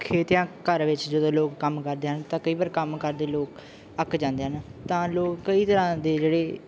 ਖੇਤ ਜਾਂ ਘਰ ਵਿੱਚ ਜਦੋਂ ਲੋਕ ਕੰਮ ਕਰਦੇ ਹਨ ਤਾਂ ਕਈ ਵਾਰ ਕੰਮ ਕਰਦੇ ਲੋਕ ਅੱਕ ਜਾਂਦੇ ਹਨ ਤਾਂ ਲੋਕ ਕਈ ਤਰ੍ਹਾਂ ਦੇ ਜਿਹੜੇ